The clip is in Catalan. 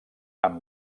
amb